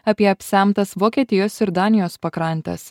apie apsemtas vokietijos ir danijos pakrantes